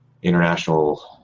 international